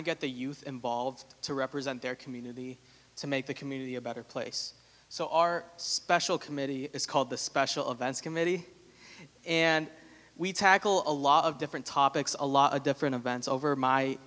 of get the youth involved to represent their community to make the community a better place so our special committee is called the special events committee and we tackle a lot of different topics a lot of different events over my